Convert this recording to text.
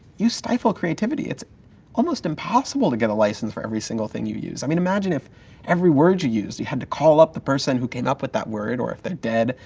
you stifle creativity. it's almost impossible to get a license for every single thing you use. i mean imagine if every word you use, you had to call up the person who came up with that word, or if they're dead,